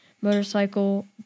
motorcycle